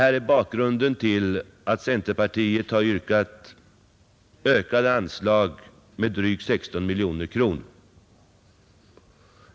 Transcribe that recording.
Detta är bakgrunden till att centerpartiet har yrkat ökade anslag med drygt 16 miljoner kronor.